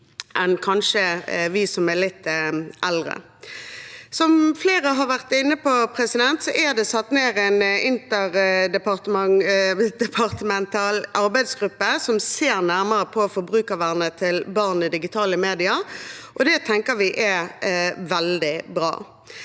enn vi som er litt eldre. Som flere har vært inne på, er det satt ned en interdepartemental arbeidsgruppe som ser nærmere på forbrukervernet til barn i digitale medier, og det tenker vi er veldig bra.